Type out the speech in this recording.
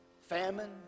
famine